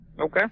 Okay